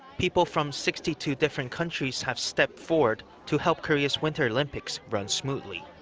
people from sixty two different countries have stepped forward to help korea's winter olympics run smoothly.